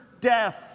death